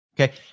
Okay